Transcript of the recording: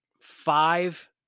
five